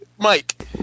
Mike